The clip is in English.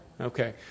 Okay